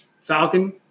Falcon